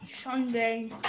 Sunday